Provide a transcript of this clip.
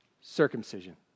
circumcision